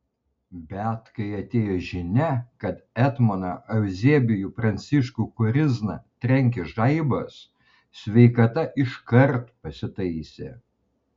bet kai atėjo žinia kad etmoną euzebijų pranciškų korizną trenkė žaibas sveikata iškart pasitaisė